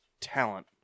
talent